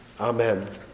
Amen